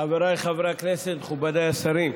חבריי חברי הכנסת, מכובדיי השרים,